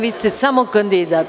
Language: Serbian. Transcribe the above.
Vi ste samo kandidat.